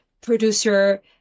producer